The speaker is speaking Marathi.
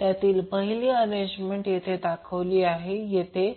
त्यातील पहिली अरेंजमेंट येथे दाखवली आहे जेथे